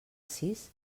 sis